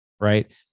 right